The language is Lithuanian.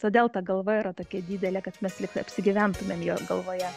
todėl ta galva yra tokia didelė kad mes lyg apsigyventumėm jo galvoje